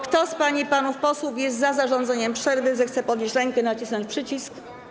Kto z pań i panów posłów jest za zarządzeniem przerwy, zechce podnieść rękę i nacisnąć przycisk.